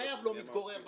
החייב לא מתגורר במקום,